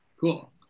Cool